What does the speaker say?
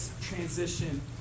transition